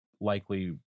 likely